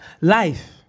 Life